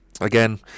Again